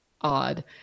odd